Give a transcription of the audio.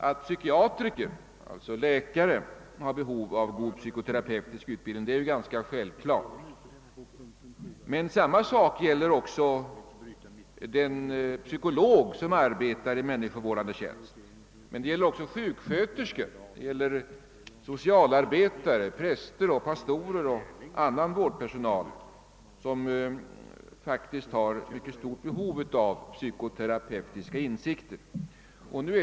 Att psykiatriker, alltså läkare, har behov av en god psykoterapeutisk utbildning är självklart, men samma förhållande gäller också för en psykolog, som arbetar med människovårdande uppgifter, för sjuksköterskor, socialarbetare, präster, pastorer och annan vårdpersonal som faktiskt har mycket stort behov av psykoterapeutiska insikter.